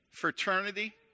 fraternity